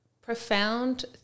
profound